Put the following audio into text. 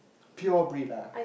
pure breed ah